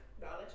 knowledge